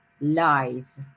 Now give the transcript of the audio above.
lies